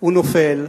הוא נופל,